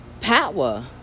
power